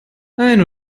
ein